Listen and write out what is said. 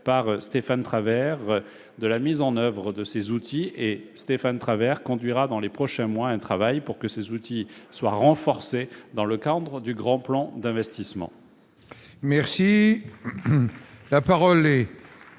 a été chargé de la mise en oeuvre de ces outils par Stéphane Travert, qui conduira, dans les prochains mois, un travail pour que ceux-ci soient renforcés dans le cadre du Grand plan d'investissement.